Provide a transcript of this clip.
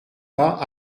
pas